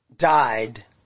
Died